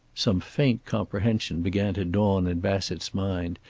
some faint comprehension began to dawn in bassett's mind,